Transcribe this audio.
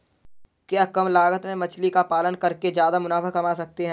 क्या कम लागत में मछली का पालन करके ज्यादा मुनाफा कमा सकते हैं?